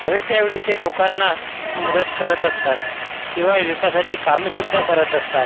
हवे तेवढे ते लोकांना मदत करत असतात शिवाय विकासाची कामेसुद्धा करत असतात